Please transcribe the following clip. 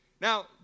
Now